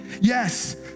Yes